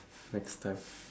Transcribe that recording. next time